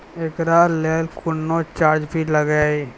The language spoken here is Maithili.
एकरा लेल कुनो चार्ज भी लागैये?